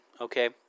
okay